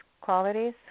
qualities